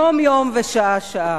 כאן בכנסת יום-יום ושעה-שעה.